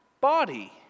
body